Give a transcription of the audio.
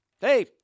hey